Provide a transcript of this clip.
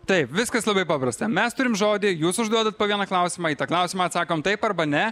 taip viskas labai paprasta mes turim žodį jūs užduodat po vieną klausimą į tą klausimą atsakom taip arba ne